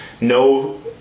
no